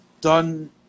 done